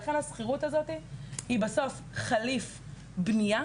לכן השכירות הזאת היא בסוף חליף בנייה